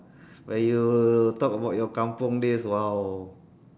where you talk about your kampung days !wow!